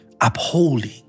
Upholding